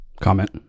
comment